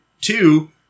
two